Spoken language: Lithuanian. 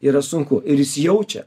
yra sunku ir jis jaučia